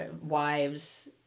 wives